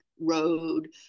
road